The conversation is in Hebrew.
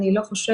ואני לא חושבת,